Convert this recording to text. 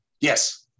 Yes